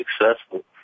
successful